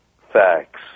facts